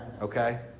Okay